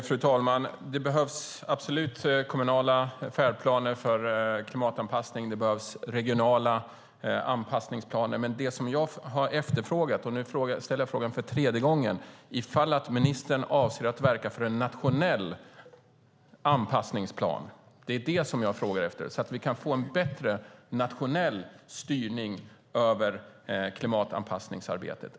Fru talman! Det behövs absolut kommunala färdplaner för klimatanpassning. Det behövs också regionala anpassningsplaner. Det jag efterfrågar, och nu ställer jag frågan för tredje gången, är om ministern avser att verka för en nationell anpassningsplan så att vi kan få en bättre nationell styrning av klimatanpassningsarbetet.